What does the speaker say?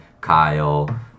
Kyle